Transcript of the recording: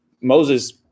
Moses